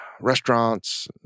restaurants